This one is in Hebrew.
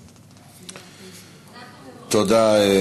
אנחנו, תודה.